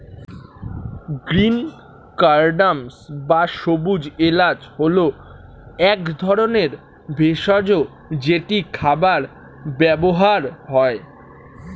green cardamom বা সবুজ এলাচ হল এক ধরনের ভেষজ যেটি খাবারে ব্যবহৃত হয়